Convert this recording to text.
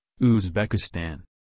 Uzbekistan